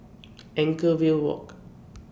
Anchorvale Walk